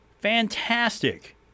Fantastic